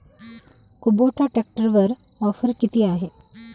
Kubota ट्रॅक्टरवर offer किती आहे?